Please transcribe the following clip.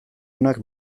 onak